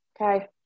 okay